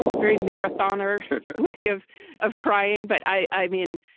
very marathoner way of of crying. but i mean,